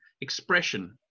expression